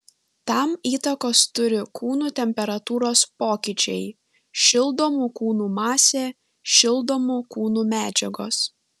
tam įtakos turi kūnų temperatūros pokyčiai šildomų kūnų masė šildomų kūnų medžiagos